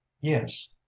Yes